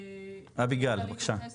אני רוצה להתייחס